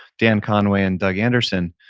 dan conway and doug anderson,